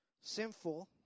Sinful